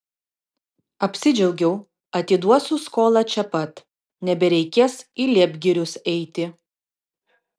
apsidžiaugiau atiduosiu skolą čia pat nebereikės į liepgirius eiti